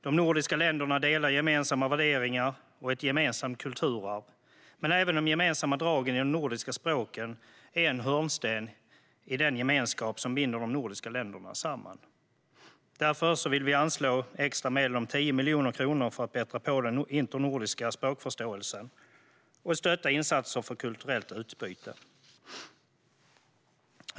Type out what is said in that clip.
De nordiska länderna delar gemensamma värderingar och ett gemensamt kulturarv, men även de gemensamma dragen i de nordiska språken är en hörnsten i den gemenskap som binder de nordiska länderna samman. Därför vill vi anslå extra medel om 10 miljoner kronor för att bättra på den internordiska språkförståelsen och stötta insatser för kulturellt utbyte.